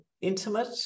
intimate